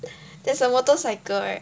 there's a motorcycle right